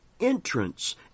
entrance